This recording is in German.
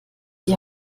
die